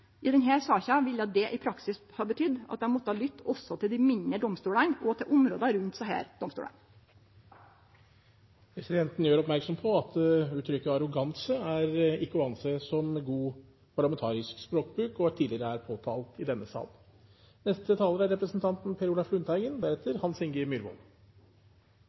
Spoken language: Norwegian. I denne saka ville det i praksis ha betydd at dei måtte lytte også til dei mindre domstolane og til områda rundt desse domstolane. Presidenten gjør oppmerksom på at uttrykket «arroganse» ikke er å anse som god parlamentarisk språkbruk og er tidligere påtalt i denne